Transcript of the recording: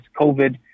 COVID